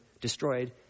destroyed